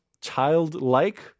childlike